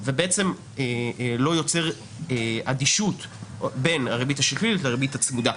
ובעצם לא יוצר אדישות בין הריבית השקלית לריבית הצמודה.